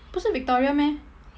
不是 victoria meh